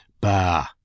Bah